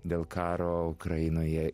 dėl karo ukrainoje